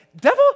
devil